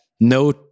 No